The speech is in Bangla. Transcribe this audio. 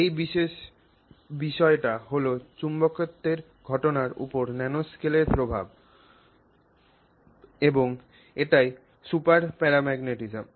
এই বিশেষ বিষয়টি হল চুম্বকত্বের ঘটনার উপর ন্যানোস্কেলের প্রভাব এবং এটিই সুপারপ্যারাম্যাগনেটিজম